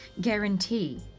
guarantee